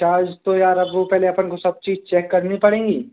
charge तो यार अब वो पहले अपन को सब चीज चेक करनी पड़ेंगी